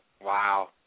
Wow